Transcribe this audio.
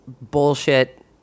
bullshit